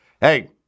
Hey